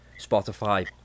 Spotify